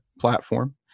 platform